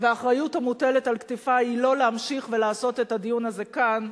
והאחריות המוטלת על כתפי היא לא להמשיך ולעשות את הדיון הזה כאן,